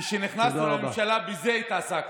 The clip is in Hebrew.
כשנכנסנו לממשלה בזה התעסקנו,